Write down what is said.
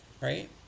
right